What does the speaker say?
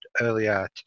earlier